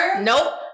Nope